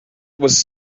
was